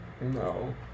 no